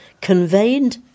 conveyed